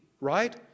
Right